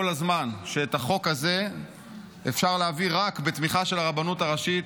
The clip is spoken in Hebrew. הזמן שאת החוק הזה אפשר להעביר רק בתמיכה של הרבנות הראשית.